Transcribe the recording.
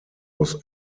was